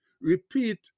repeat